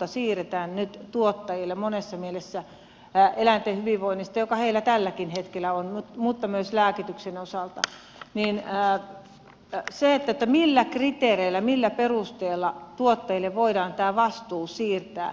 nyt siirretään tuottajille monessa mielessä vastuuta eläinten hyvinvoinnista joka heillä tälläkin hetkellä on mutta myös lääkityksen osalta niin millä kriteereillä millä perusteella tuottajille voidaan tämä vastuu siirtää